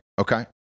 Okay